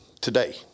today